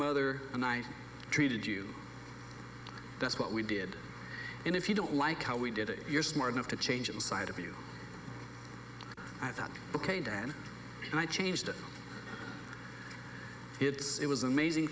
mother and i treated you that's what we did and if you don't like how we did it you're smart enough to change inside of you i thought ok dad and i changed it it was amazing